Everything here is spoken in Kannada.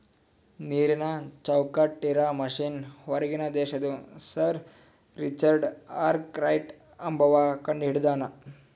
ನೀರನ್ ಚೌಕ್ಟ್ ಇರಾ ಮಷಿನ್ ಹೂರ್ಗಿನ್ ದೇಶದು ಸರ್ ರಿಚರ್ಡ್ ಆರ್ಕ್ ರೈಟ್ ಅಂಬವ್ವ ಕಂಡಹಿಡದಾನ್